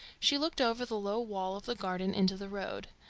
she looked over the low wall of the garden into the road.